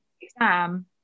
exam